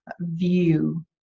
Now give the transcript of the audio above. view